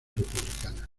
republicana